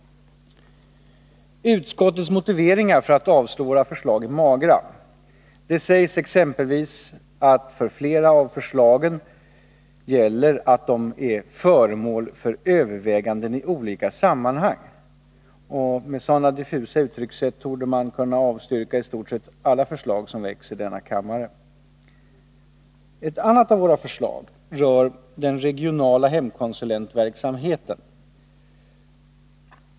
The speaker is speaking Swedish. Utskottets motiveringar för att avslå våra förslag är magra. Det sägs exempelvis att för flera av förslagen gäller att de är föremål för överväganden i olika sammanhang. Med sådana diffusa uttryckssätt torde man kunna avstyrka i stort sett alla förslag som väcks i denna kammare. Ett annat av våra förslag rör den regionala hemkonsulentverksamheten.